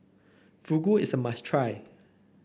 fugu is a must try